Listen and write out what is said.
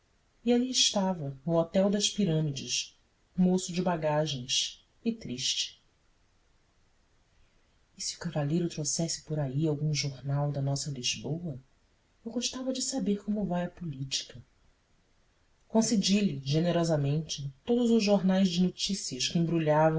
ali estava no hotel das pirâmides moço de bagagens e triste e se o cavalheiro trouxesse por aí algum jornal da nossa lisboa eu gostava de saber como vai a política concedi lhe generosamente todos os jornais de notícias que embrulhavam